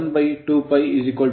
159 ನೀಡುತ್ತದೆ